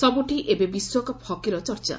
ସବ୍ଠି ଏବେ ବିଶ୍ୱକପ୍ ହକିର ଚର୍ଚା